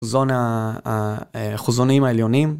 האחוזונים העליונים